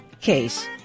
case